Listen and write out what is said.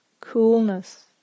coolness